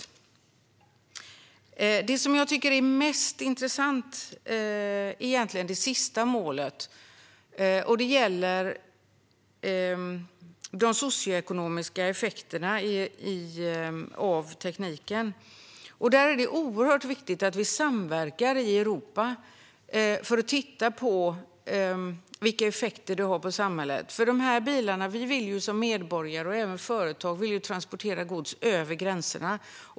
Det jag tycker är mest intressant är egentligen det sista målet, som gäller de socioekonomiska effekterna av tekniken. Där är det oerhört viktigt att vi samverkar i Europa för att titta på vilka effekter den får för samhället. Vi som medborgare, och även företag, vill ju transportera gods över gränserna.